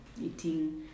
eating